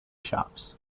shops